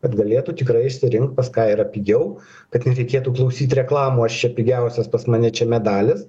kad galėtų tikrai išsirinkt pas ką yra pigiau kad nereikėtų klausyt reklamų aš čia pigiausias pas mane čia medalis